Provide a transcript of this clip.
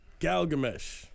Galgamesh